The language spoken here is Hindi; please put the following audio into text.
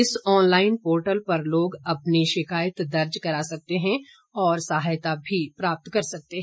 इस ऑन लाइन पोर्टल पर लोग अपनी शिकायत दर्ज करा सकते हैं और सहायता भी प्राप्त कर सकते हैं